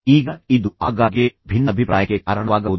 ಈಗ ಇದು ಆಗಾಗ್ಗೆ ಭಿನ್ನಾಭಿಪ್ರಾಯಕ್ಕೆ ಕಾರಣವಾಗಬಹುದು